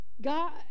god